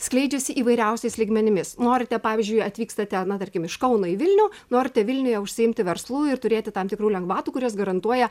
skleidžiasi įvairiausiais lygmenimis norite pavyzdžiui atvykstate na tarkim iš kauno į vilnių norite vilniuje užsiimti verslu ir turėti tam tikrų lengvatų kurios garantuoja